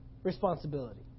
Responsibility